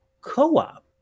co-op